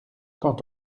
quand